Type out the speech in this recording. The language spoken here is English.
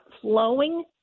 flowing